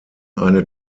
eine